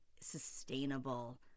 sustainable